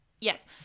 yes